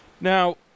Now